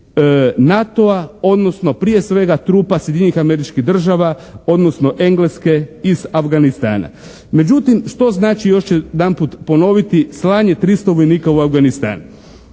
NATO-a, odnosno prije svega trupa Sjedinjenih Američkih Država, odnosno Engleske iz Afganistana. Međutim što znači još ću jedanput ponoviti, slanje 300 vojnika u Afganistan.